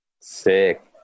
Sick